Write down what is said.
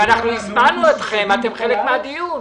אנחנו הזמנו אתכם, אתם חלק מהדיון.